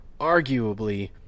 arguably